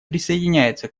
присоединяется